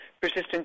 persistent